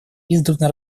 издавна